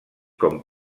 com